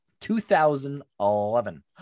2011